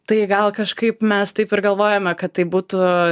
tai gal kažkaip mes taip ir galvojome kad tai būtų